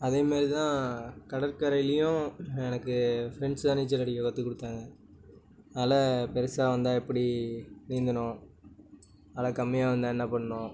அதே மாதிரிதான் கடற்கரையிலேயும் எனக்கு ஃப்ரெண்ட்ஸ் தான் நீச்சல் அடிக்க கற்றுக் கொடுத்தாங்க அலை பெருசாக வந்தால் எப்படி நீந்தணும் அலை கம்மியாக வந்தால் என்ன பண்ணணும்